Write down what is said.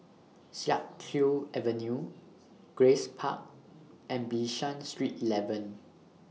Siak Kew Avenue Grace Park and Bishan Street eleven